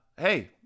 hey